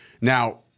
Now